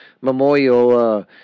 Memorial